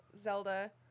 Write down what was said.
Zelda